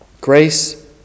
Grace